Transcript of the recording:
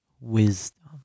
Wisdom